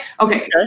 Okay